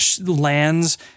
lands